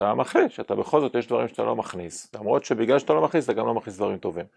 אתה מחליט, שבכל זאת יש דברים שאתה לא מכניס, למרות שבגלל שאתה לא מכניס אתה גם לא מכניס דברים טובים.